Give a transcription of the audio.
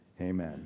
Amen